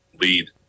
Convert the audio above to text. lead